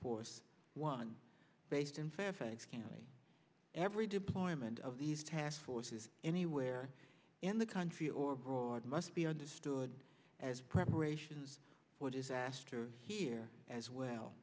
force one based in fairfax county every deployment of these task forces anywhere in the country or abroad must be understood as preparations for disaster here as well